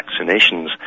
vaccinations